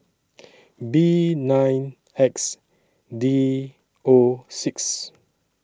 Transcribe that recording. B nine X D O six